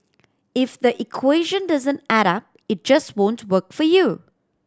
if the equation doesn't add up it just won't work for you